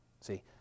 See